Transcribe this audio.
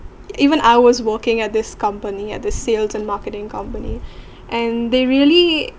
even I was working at this company at the sales and marketing company and they really